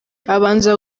babanza